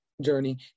journey